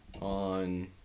on